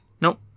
Nope